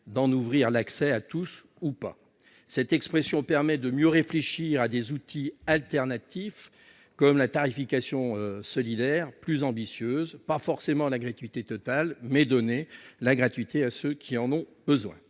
d'un choix de la collectivité. Cette expression permet de mieux réfléchir à des outils alternatifs : la tarification solidaire, plus ambitieuse, implique non pas la gratuité totale, mais donne la gratuité à ceux qui en ont besoin.